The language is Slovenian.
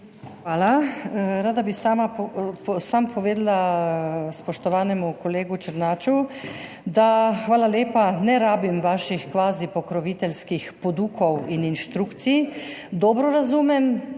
Hvala. Rada bi samo povedala spoštovanemu kolegu Černaču, da hvala lepa, ne rabim vaših kvazi pokroviteljskih podukov in inštrukcij. Dobro razumem,